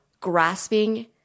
grasping